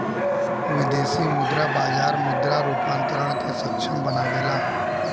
विदेशी मुद्रा बाजार मुद्रा रूपांतरण के सक्षम बनावेला